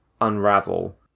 unravel